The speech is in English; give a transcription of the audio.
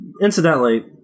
Incidentally